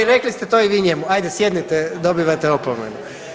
Rekli ste to i vi njemu, ajde sjednite, dobivate opomenu.